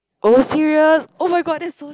oh serious oh-my-god that is so